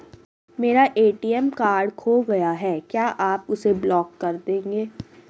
मेरा ATM card खो गया है क्या आप उसे ब्लॉक कर देंगे?